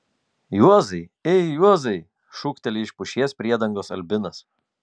juozai ei juozai šūkteli iš pušies priedangos albinas